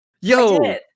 yo